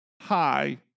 Hi